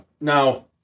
Now